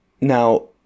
Now